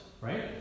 right